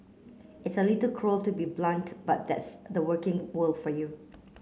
it's a little cruel to be blunt but that's the working world for you